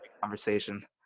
Conversation